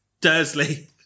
Dursley